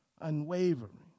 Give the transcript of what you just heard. Unwavering